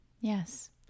yes